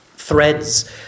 threads